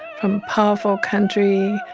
from powerful country,